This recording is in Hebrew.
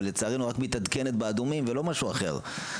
לצערנו היא רק מתעדכנת באדומים ולא במשהו אחר.